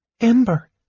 Ember